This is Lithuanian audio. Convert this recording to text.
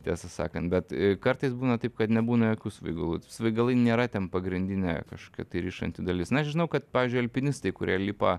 tiesą sakant bet kartais būna taip kad nebūna jokių svaigalų svaigalai nėra ten pagrindinė kažkokia rišanti dalis na žinau kad pavyzdžiui alpinistai kurie lipa